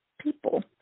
people